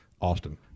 Austin